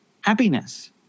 Happiness